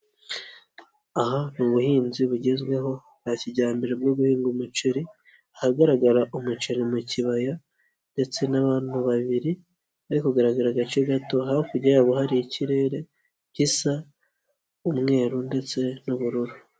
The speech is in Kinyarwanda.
Aha ni ubuhinzi bugezweho bwa kijyambere bwo guhinga umuceri, ahagaragara umuceri mu kibaya ndetse n'abantu babiri bari kugaragara agace gato, hakurya yabo hari ikirere gisa umweru ndetse n'ubururu.